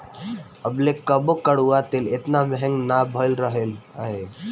अबले कबो कड़ुआ तेल एतना महंग ना भईल रहल हअ